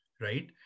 Right